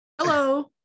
Hello